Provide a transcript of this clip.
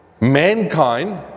mankind